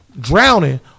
drowning